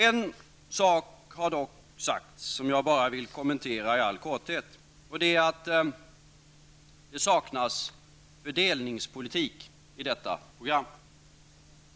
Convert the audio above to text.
En sak har dock sagts som jag vill kommentera i all korthet, och det är att det saknas fördelningspolitik i detta program.